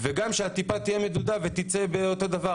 וגם שהטיפה תהיה מדודה ותצא אותו דבר.